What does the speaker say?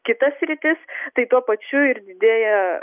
kitas sritis tai tuo pačiu ir didėja